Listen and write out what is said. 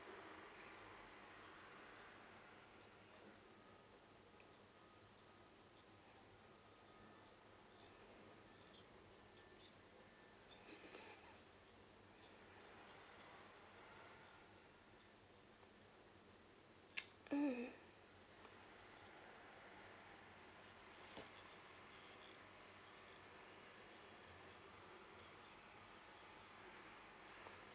mm